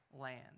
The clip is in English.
land